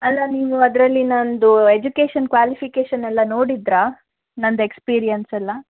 ಅಲ್ಲ ನೀವು ಅದರಲ್ಲಿ ನನ್ನದು ಎಜುಕೇಶನ್ ಕ್ವಾಲಿಫಿಕೇಷನ್ನೆಲ್ಲ ನೋಡಿದಿರಾ ನನ್ನದು ಎಕ್ಸ್ಪೀರಿಯೆನ್ಸ್ ಎಲ್ಲ